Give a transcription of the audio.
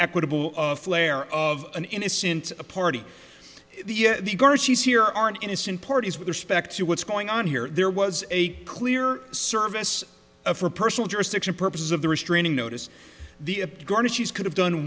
equitable flair of an innocent party the guards she's here aren't innocent parties with respect to what's going on here there was a clear service for personal jurisdiction purposes of the restraining notice the garnish she's could have done